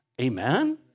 Amen